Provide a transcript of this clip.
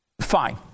Fine